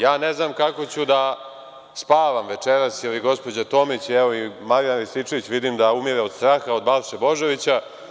Ja ne znam kako ću da spavam večeras, ili gospođa Tomić, ili Marijan Rističević, vidim da umire od straha od Balše Božovića.